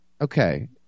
Okay